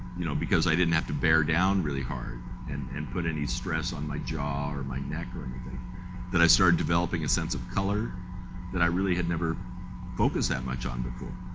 you know, because i didn't have to bear down really hard and and put any stress on my jaw or my neck or anything that i started developing a sense of color that i really had never focused that much on before.